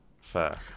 Fair